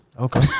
Okay